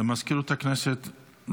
מזכירות הכנסת.